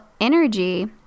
energy